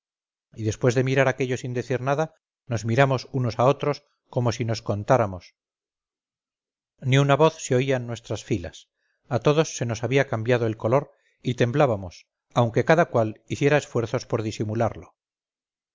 y después de mirar aquello sin decir nada nos miramos unos a otros como si nos contáramos ni una voz se oía en nuestras filas a todos se nos había cambiado el color y temblábamos aunque cada cual hiciera esfuerzos por disimularlo